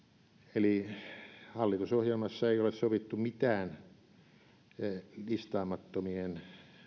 eli hallitusohjelmassa ei ole sovittu mitään listaamattomien